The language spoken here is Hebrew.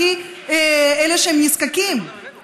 מאלה שהם הכי נזקקים,